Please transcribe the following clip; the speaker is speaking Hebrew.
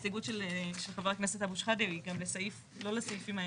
הסתייגות של חבר הכנסת אבו שחאדה היא גם לא לסעיפים האלה.